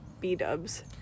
B-dubs